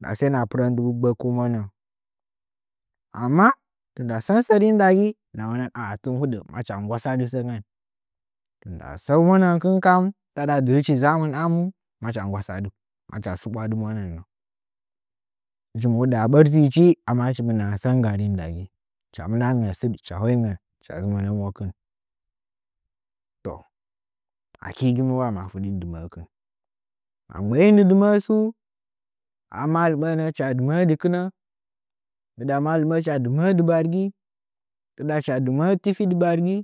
Nda sai ma pɨrən dubu gbəkəunəngən amma ma sən sərin nda gi hɨna monən tɨn hudə macha nggwasədɨ səngən tun nda səunəngənkɨnkam tadla dɨn ɗzaammi amu macha nggwa sadɨ macha tsiɓwadɨ monon nə hɨchiwo hudə a ɓərdɨchi amma hɨchin nahan sən nggarin nda gi hɨcha mɨnan ngən sɨɗ hɨcha həingən hɨcha wuran mwakɨn toh aki ‘wana wadɨ dɨmə ‘əkɨn ma gbə’in dɨ dɨmə’ə tsu amashi hɨcha dɨmə’ə dɨkɨnə ndɨɗa mallinə dɨmə’ə dɨbargi nduɗa hɨcha dɨmə’ə tifi dɨbargi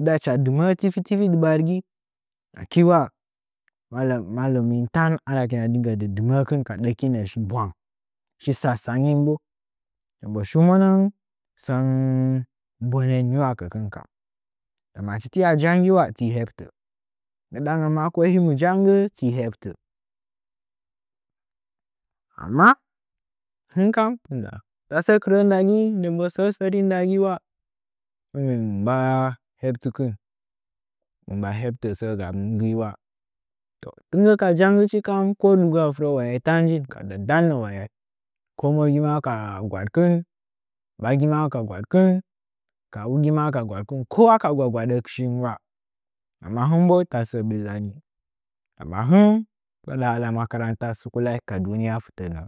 ndɨhɨcha dɨmə’ə tifi tifi dɨbargi aki wa malmin hɨkin ringə dɨdi mə’ə kɨn ka dəkina shin bulang shi sang – sangi nden bo shiu nə ngən sən bonen ngi wakəkɨn kamu ndamə achi ti wa jangə ti lebtə ndidangən ma ko him janggə ti heɓtə amma hɨngkan tasə kɨrə ndagi nden bo sən sərin ndani hɨntu mba heɓtikɨn hɨnim mba heɓtə səə gamɨn gii wa to tɨn gɨ kaja nggichi kan ko digu asikə wayai njin ka da dannə wayai kowo bo ka gwadkɨn bagi ma ka gwaɗkɨn kawugi ma ka gwadkɨn kowa ma ka gwa-gwaɗəshin wa, amma hɨn tasə səə billani amma hɨn taɗa makaranta sukulai ka duniya fɨtə nə.